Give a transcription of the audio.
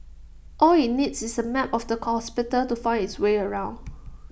all IT needs is A map of the hospital to find its way around